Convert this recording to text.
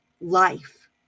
life